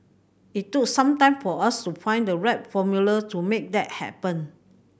it took some time for us to find the right formula to make that happen